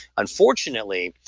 unfortunately,